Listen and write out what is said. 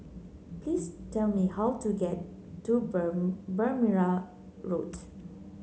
please tell me how to get to Berrima Road